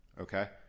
okay